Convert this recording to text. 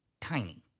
tiny